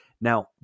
Now